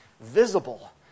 visible